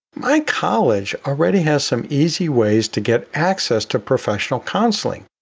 my college already has some easy ways to get access to professional counseling,